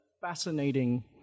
fascinating